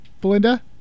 Belinda